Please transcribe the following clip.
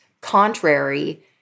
contrary